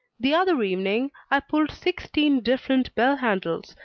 the other evening, i pulled sixteen different bell-handles,